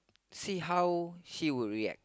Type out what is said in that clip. see how she would react